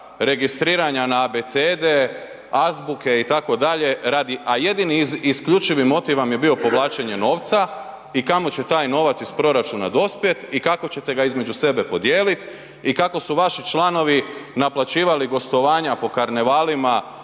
registriranja na abecede, azbuke, itd. radi, a jedini i isključivi motiv vam je bio povlačenje novca i kamo će taj novac iz proračuna dospjeti i kako ćete ga između sebe podijeliti i kako su vaši članovi naplaćivali gostovanja po karnevalima